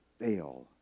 fail